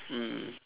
mm